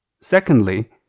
Secondly